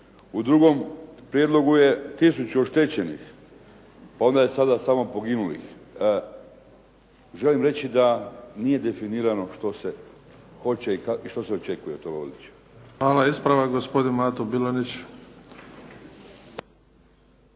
U drugom prijedlogu je tisuću oštećenika, onda je sada samo poginulih. Želim reći da nije definirano što se hoće i što se očekuje od toga odličja. **Bebić,